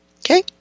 Okay